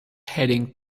heading